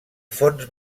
fons